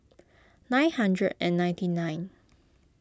nine hundred and ninety nine